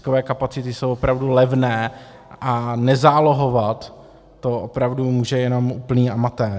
Diskové kapacity jsou opravdu levné a nezálohovat, to opravdu může jenom úplný amatér.